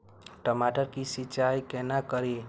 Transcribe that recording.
टमाटर की सीचाई केना करी?